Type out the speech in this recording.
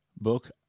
book